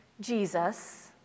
Jesus